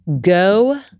go